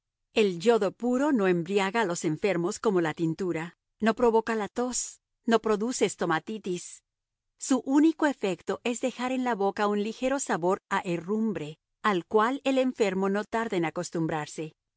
el yodo puro no embriaga a los enfermos como la tintura no provoca la tos no produce estomatitis su único defecto es dejar en la boca un ligero sabor a herrumbre al cual el enfermo no tarda en acostumbrarse